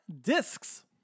Discs